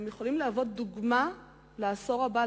יכול להוות דוגמה לעשור הבא,